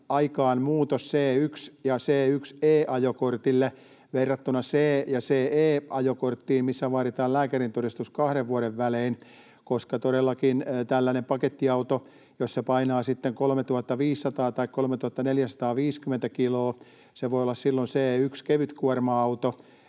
aikaan muutos C1- ja C1E-ajokortteihin verrattuna C- ja CE-ajokortteihin, joissa vaaditaan lääkärintodistus kahden vuoden välein. Todellakin tällainen pakettiauto, jos se painaa sitten 3 500 tai 3 450 kiloa, voi olla silloin C1-kevytkuorma-auto,